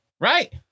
Right